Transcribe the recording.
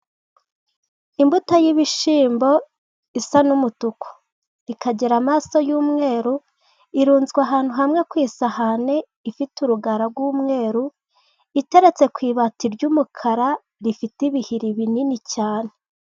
Imbuto y'ibishyimbo isa n'umutuku ikagira amaso y'umweru, irunzwe ahantu hamwe ku isahani ifite urugara rw'umweru, iteretse ku ibati ry'umukara rifite ibihiri binini cyane.